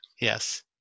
Yes